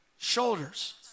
shoulders